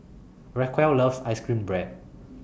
Racquel loves Ice Cream Bread